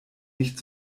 nicht